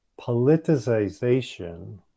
Politicization